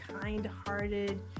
kind-hearted